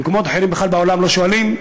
במקומות אחרים בעולם בכלל לא שואלים,